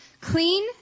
clean